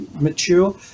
mature